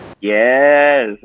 Yes